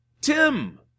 tim